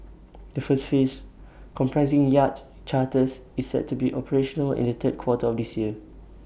the first phase comprising Yacht Charters is set to be operational in the third quarter of this year